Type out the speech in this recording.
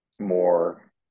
more